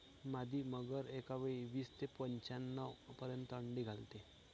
मादी मगर एकावेळी वीस ते पंच्याण्णव पर्यंत अंडी घालते